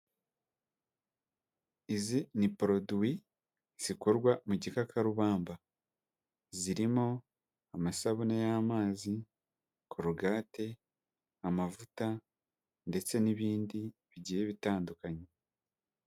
Izi ni produwi zikorwa mu gikakarubamba, zirimo; amasabune y'amazi, korogate, amavuta ndetse n'ibindi bigiye bitandukanye.